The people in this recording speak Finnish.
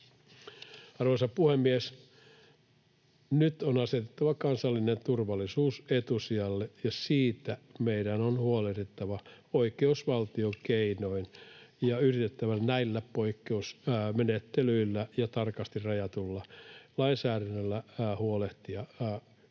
Arvoisa puhemies! Nyt on asetettava kansallinen turvallisuus etusijalle, ja siitä meidän on huolehdittava oikeusvaltion keinoin ja yritettävä näillä poikkeusmenettelyillä ja tarkasti rajatulla lainsäädännöllä huolehtia kaikkien